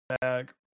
back